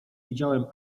widziałem